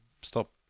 stop